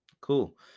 Cool